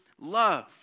love